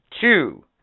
Two